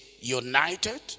united